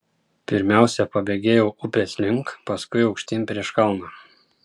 pirmiausia pabėgėjau upės link paskui aukštyn prieš kalną